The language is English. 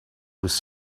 was